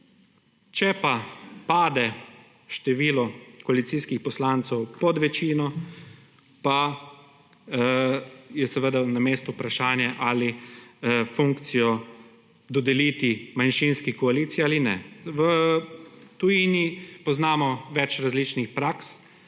Če pa pade število koalicijskih poslancev pod večino pa je seveda na mestu vprašanje ali funkcijo dodeliti manjšinski koaliciji ali ne. V tujini poznamo več različnih praks.